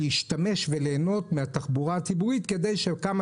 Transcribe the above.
להשתמש וליהנות מהתחבורה הציבורית כדי שכמה